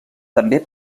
també